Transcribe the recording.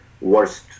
worst